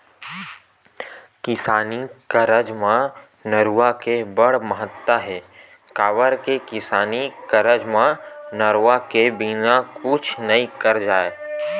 किसानी कारज म नरूवा के बड़ महत्ता हे, काबर के किसानी कारज म नरवा के बिना कुछ करे नइ जाय